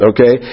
Okay